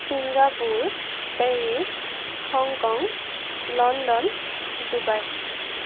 Singapore Paris Hong Kong London Dubai